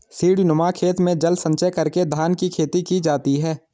सीढ़ीनुमा खेत में जल संचय करके धान की खेती की जाती है